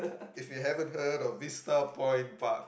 if you haven't heard of Vista Point park